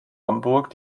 hamburg